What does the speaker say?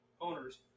owners